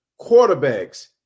quarterbacks